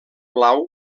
blau